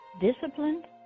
disciplined